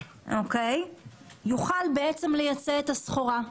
יוכל לייצא את הסחורה.